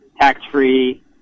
tax-free